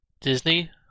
Disney